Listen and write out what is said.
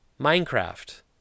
Minecraft